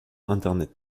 internet